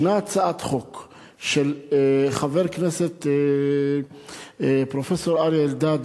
ישנה הצעת חוק של חבר הכנסת פרופסור אריה אלדד,